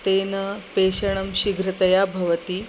तेन पेषणं शीघ्रतया भवति